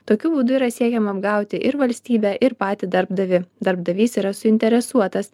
tokiu būdu yra siekiama apgauti ir valstybę ir patį darbdavį darbdavys yra suinteresuotas